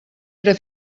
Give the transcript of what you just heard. era